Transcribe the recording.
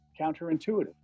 counterintuitive